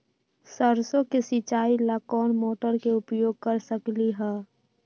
सरसों के सिचाई ला कोंन मोटर के उपयोग कर सकली ह?